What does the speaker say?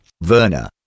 Verna